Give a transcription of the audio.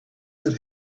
that